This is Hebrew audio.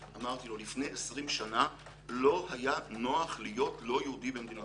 לפני 20 שנה לא היה נוח לא להיות יהודי במדינת ישראל.